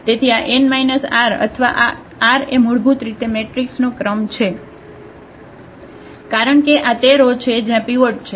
તેથી આ n minus r અથવા આ r એ મૂળભૂત રીતે મેટ્રિક્સનો ક્રમ છે કારણ કે આ તે રો છે જ્યાં પીવોટ છે